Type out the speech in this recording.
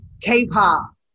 K-pop